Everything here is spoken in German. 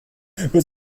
wird